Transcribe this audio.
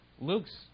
Luke's